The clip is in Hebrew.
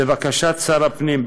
לבקשת שר הפנים.